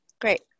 Great